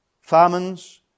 famines